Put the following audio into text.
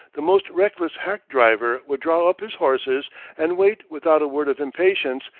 the most reckless hack driver would draw up his horses and wait without a word of impatience,